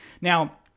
now